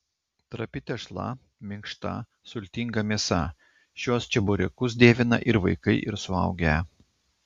trapi tešla minkšta sultinga mėsa šiuos čeburekus dievina ir vaikai ir suaugę